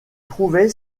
trouvait